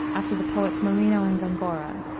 after the poets marino and gongora,